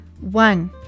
One